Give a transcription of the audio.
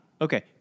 Okay